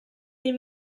del